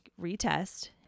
retest